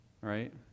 right